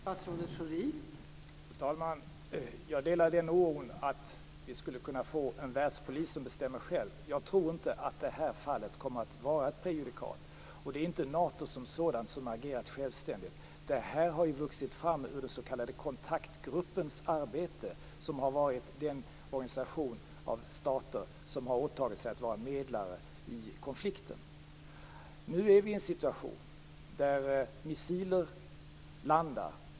Fru talman! Jag delar den oron om att vi skulle kunna få en världspolis som bestämmer själv. Jag tror inte att det här fallet kommer att vara ett prejudikat, och det är inte Nato som sådant som har agerat självständigt. Det här har ju vuxit fram ur den s.k. kontaktgruppens arbete. Kontaktgruppen har varit den organisation av stater som har åtagit sig att vara medlare i konflikten. Nu är vi i en situation där missiler landar.